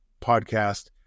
podcast